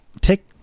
take